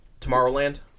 Tomorrowland